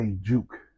Juke